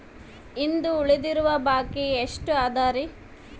ಇಂದು ಉಳಿದಿರುವ ಬಾಕಿ ಎಷ್ಟು ಅದರಿ?